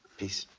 peace.